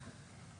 שלהם.